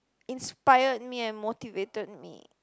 inspired me and motivated me